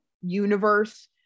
universe